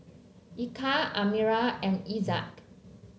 Eka Amirah and Aizat